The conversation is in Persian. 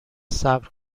صبر